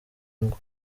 ngo